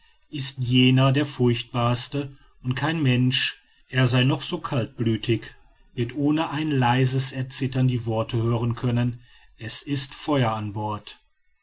ist jener der furchtbarste und kein mensch er sei noch so kaltblütig wird ohne ein leises erzittern die worte hören können es ist feuer an bord